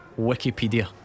Wikipedia